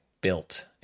built